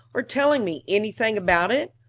or telling me anything about it?